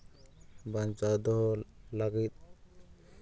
ᱵᱟᱧᱪᱟᱣ ᱫᱚᱦᱚ ᱞᱟᱹᱜᱤᱫ